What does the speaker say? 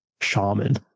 Shaman